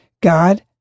God